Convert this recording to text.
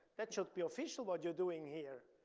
that should be official what you're doing here.